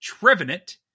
Trevenant